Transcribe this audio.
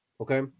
okay